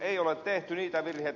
ei ole tehty niitä virheitä